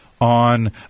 On